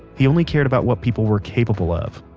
he only cared about what people were capable of,